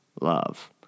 love